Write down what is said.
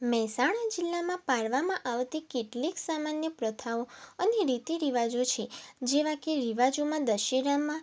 મહેસાણા જિલ્લામાં પાળવામાં આવતી કેટલીક સામાન્ય પ્રથાઓ અને રીતિ રિવાજો છે જેવા કે રિવાજોમાં દશેરામાં